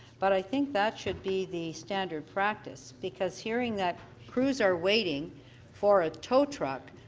but i think that should be the standard practice. because hearing that crews are waiting for a tow truck,